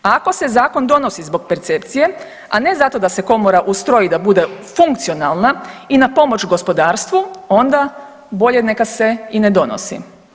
Ako se Zakon donosi zbog percepcije, a ne zato da se Komora ustroji da bude funkcionalna i na pomoć gospodarstvu, onda bolje neka se i ne donosi.